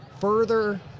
further